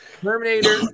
terminator